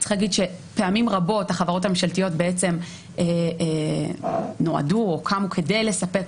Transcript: צריך להגיד שפעמים רבות החברות הממשלתיות בעצם נועדו או קמו כדי לספק,